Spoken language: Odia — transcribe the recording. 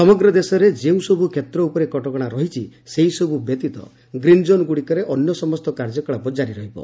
ସମଗ୍ର ଦେଶରେ ଯେଉଁ ସବୁ କ୍ଷେତ୍ର ଉପରେ କଟକଣା ରହିଛି ସେସବୁ ବ୍ୟତୀତ ଗ୍ରୀନ୍ଜୋନ୍ଗୁଡ଼ିକରେ ଅନ୍ୟ ସମସ୍ତ କାର୍ଯ୍ୟକଳାପ ଜାରି ରହିବ